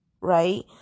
right